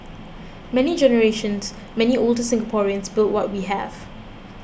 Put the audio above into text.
many generations many older Singaporeans built what we have